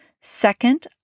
Second